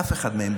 אף אחד מהם,